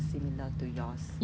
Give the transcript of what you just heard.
hor my